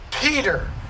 Peter